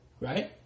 right